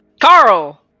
Carl